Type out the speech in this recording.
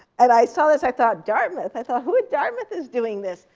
and i saw this, i thought, dartmouth. i thought, who at dartmouth is doing this?